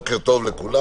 בוקר טוב לכולם.